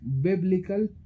biblical